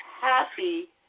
happy